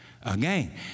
again